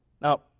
Now